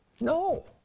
no